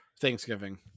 thanksgiving